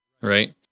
right